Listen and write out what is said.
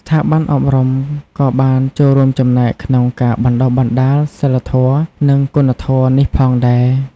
ស្ថាប័នអប់រំក៏បានចូលរួមចំណែកក្នុងការបណ្ដុះបណ្ដាលសីលធម៌ និងគុណធម៌នេះផងដែរ។